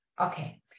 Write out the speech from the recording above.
Okay